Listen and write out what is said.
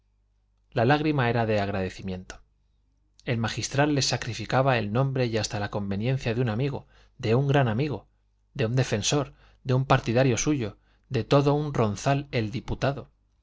la lágrima era de agradecimiento el magistral les sacrificaba el nombre y hasta la conveniencia de un amigo de un gran amigo de un defensor de un partidario suyo de todo un ronzal el diputado